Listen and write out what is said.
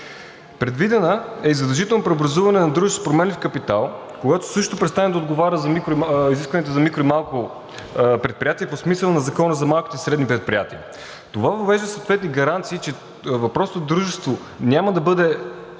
Предвидено е и задължително преобразуване на дружеството с променлив капитал, когато същото престане да отговаря на изискванията за микро- и малко предприятие по смисъла на Закона за малките и средни предприятия. Това въвежда съответни гаранции, че въпросното дружество няма да бъде